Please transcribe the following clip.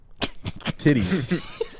Titties